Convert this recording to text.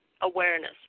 awareness